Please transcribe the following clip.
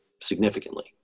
significantly